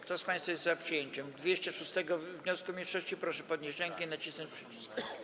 Kto z państwa jest za przyjęciem 206. wniosku mniejszości, proszę podnieść rękę i nacisnąć przycisk.